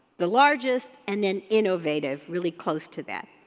the largest, and then innovative really close to that.